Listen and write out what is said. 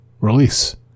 release